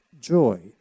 joy